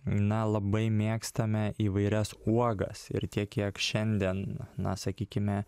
na labai mėgstame įvairias uogas ir tiek kiek šiandien na sakykime